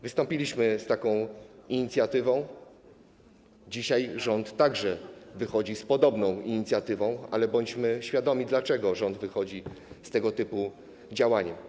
Wystąpiliśmy z taką inicjatywą, dzisiaj rząd także wychodzi z podobną inicjatywą, ale bądźmy świadomi, dlaczego rząd wychodzi z tego typu działaniem.